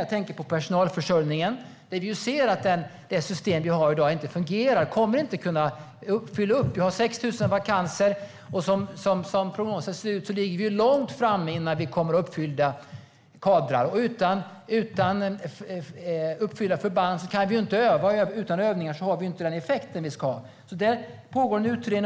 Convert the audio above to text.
Jag tänker på personalförsörjningen, där vi ser att det system som vi har i dag inte fungerar. Vi kommer inte att kunna uppfylla detta. Vi har 6 000 vakanser, och som prognosen ser ut ligger vi långt framme innan vi kommer att ha uppfyllda kadrer. Utan fyllda förband kan vi inte öva, och utan övningar har vi inte den effekt vi ska ha. En utredning pågår, och